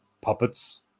puppets